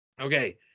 Okay